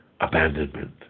abandonment